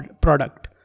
product